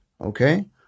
Okay